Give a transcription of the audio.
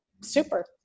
super